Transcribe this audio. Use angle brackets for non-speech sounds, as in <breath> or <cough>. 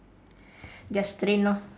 <breath> just train lor